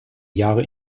jahre